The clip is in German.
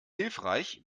hilfreich